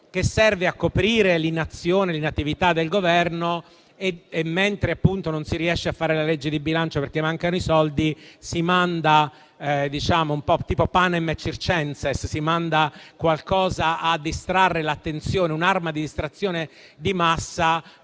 che serve a coprire l'inazione e l'inattività del Governo: mentre non si riesce a fare la legge di bilancio, perché mancano i soldi, si manda, tipo *panem et circenses*, qualcosa a distrarre l'attenzione, un'arma di distrazione di massa,